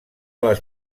les